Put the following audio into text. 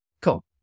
cool